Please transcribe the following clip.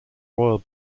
royal